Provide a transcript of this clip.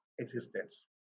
existence